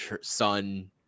son